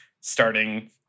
starting